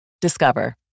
Discover